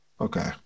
Okay